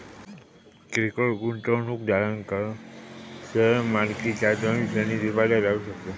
किरकोळ गुंतवणूकदारांक शेअर मालकीचा दोन श्रेणींत विभागला जाऊ शकता